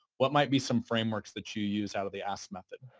what might be some frameworks that you use out of the ask method?